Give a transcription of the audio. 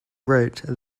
wrote